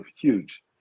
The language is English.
huge